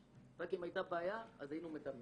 רק אם הייתה בעיה, אז היינו מטפלים.